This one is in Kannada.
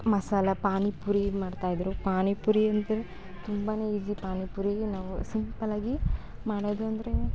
ಮಸಾಲ ಪಾನಿಪುರಿ ಮಾಡ್ತಾಯಿದ್ರು ಪಾನಿಪುರಿ ಅಂದರೆ ತುಂಬಾ ಈಝಿ ಪಾನಿಪುರೀ ನಾವು ಸಿಂಪಲ್ಲಾಗಿ ಮಾಡೋದು ಅಂದರೆ